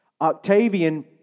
Octavian